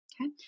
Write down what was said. Okay